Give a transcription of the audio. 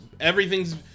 Everything's